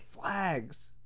flags